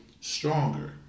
stronger